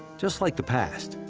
just like the past,